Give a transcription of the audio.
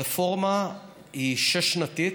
הרפורמה היא שש-שנתית,